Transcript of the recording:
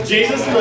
Jesus